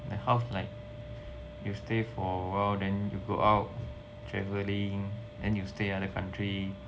then half like you stay for a while then you go out travelling then you stay other country